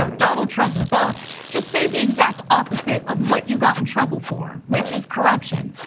so donald trump's book, just say the exact opposite of what you got in trouble for, which is corruption.